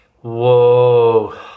Whoa